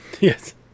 Yes